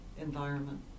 environment